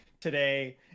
today